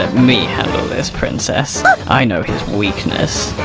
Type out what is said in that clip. ah me handle this, princess i know his weakness.